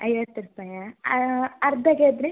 ಐವತ್ತು ರೂಪಾಯಾ ಅರ್ಧಕಾದ್ರೆ